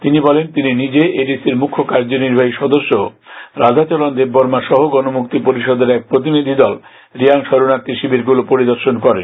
তিনি বলেন তিনি নিজে এডিসি র মুখ্য কার্যনির্বাহী সদস্য রাধাচরণ দেববর্মা সহ গণমুক্তি পরিষদের এক প্রতিনিধি দল রিয়াং শরণার্থী শিবিরগুলো পরিদর্শন করেন